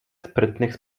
sprytnych